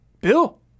Bill